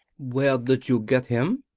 where did you get him?